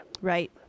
Right